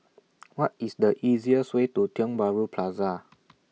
What IS The easiest Way to Tiong Bahru Plaza